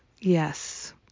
yes